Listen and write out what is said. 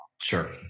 Sure